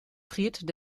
friert